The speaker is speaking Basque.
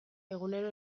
egunero